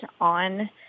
on